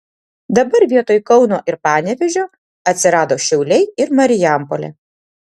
dabar vietoj kauno ir panevėžio atsirado šiauliai ir marijampolė